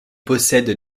possède